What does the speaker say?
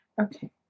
okay